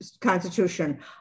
Constitution